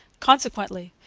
consequently,